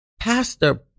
pastor